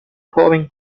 joven